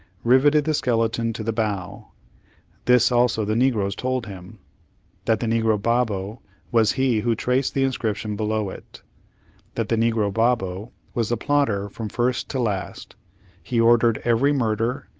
riveted the skeleton to the bow this also the negroes told him that the negro babo was he who traced the inscription below it that the negro babo was the plotter from first to last he ordered every murder,